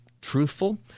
truthful